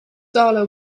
darla